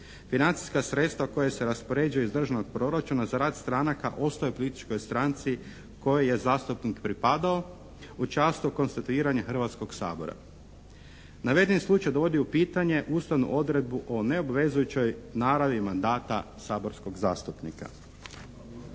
financijska sredstva koja se raspoređuju iz Državnog proračuna za rad stranaka ostaju političkoj stranci kojoj je zastupnik pripadao u času konstituiranja Hrvatskog sabora. Navedeni slučaj dovodi u pitanje ustavnu odredbu o neobvezujućoj naravi mandata saborskog zastupnika.